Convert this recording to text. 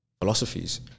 Philosophies